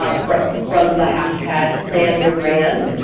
ah from from the hashtag planyourbrand,